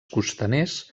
costaners